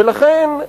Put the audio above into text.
ולכן,